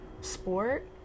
sport